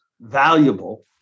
valuable